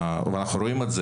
ואנחנו רואים את זה